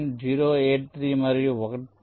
083 మరియు 1